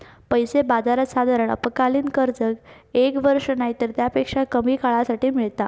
पैसा बाजारात साधारण अल्पकालीन कर्ज एक वर्ष नायतर तेच्यापेक्षा कमी काळासाठी मेळता